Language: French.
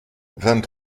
vingt